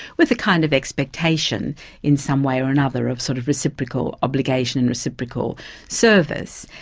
with a kind of expectation in some way or another of sort of reciprocal obligation, and reciprocal service.